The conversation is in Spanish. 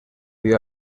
dio